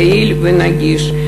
יעיל ונגיש,